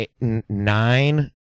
nine